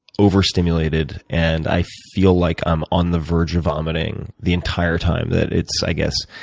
overstimulated, and i feel like i'm on the verge of vomiting the entire time that it's, i guess,